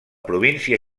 província